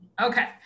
okay